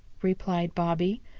replied bobby.